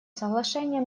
соглашения